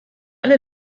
alle